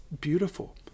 beautiful